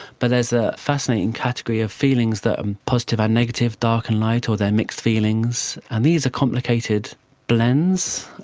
but there's a fascinating category of feelings that are positive and negative, dark and light or they are mixed feelings, and these are complicated blends.